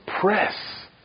Press